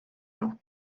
nhw